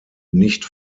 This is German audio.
nicht